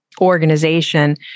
organization